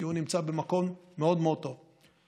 כי הוא נמצא במקום מאוד מאוד טוב.